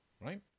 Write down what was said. right